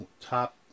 top